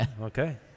Okay